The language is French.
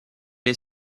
est